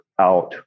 out